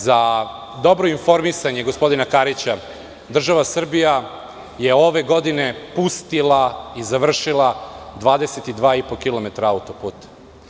Za dobro informisanje gospodina Karića, država Srbija je ove godine pustila i završila 22,5 kilometara autoputa.